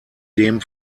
dem